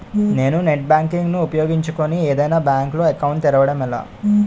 నేను net banking ను ఉపయోగించుకుని ఏదైనా బ్యాంక్ లో అకౌంట్ తెరవడం ఎలా?